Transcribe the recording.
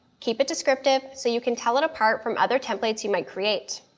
keep it descriptive so you can tell it apart from other templates you might create.